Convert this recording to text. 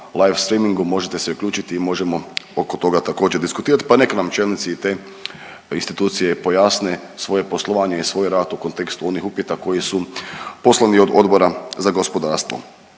live streamingu možete se uključiti i možemo oko toga također diskutirati. Pa nek' nam čelnici i te institucije pojasne svoje poslovanje i svoj rad u kontekstu onih upita koji su poslani od Odbora za gospodarstvo.